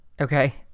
Okay